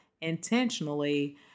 intentionally